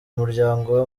umuryango